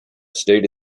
state